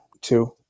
Two